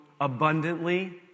abundantly